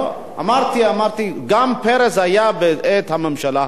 אמרתי, גם פרס היה בעת הממשלה הזאת.